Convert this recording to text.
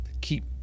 keep